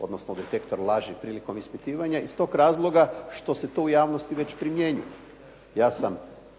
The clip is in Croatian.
odnosno detektor laži prilikom ispitivanja iz tog razloga što se to u javnosti već primjenjuje.